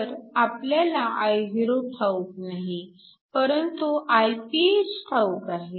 तर आपल्याला Io ठाऊक नाही परंतु Iph ठाऊक आहे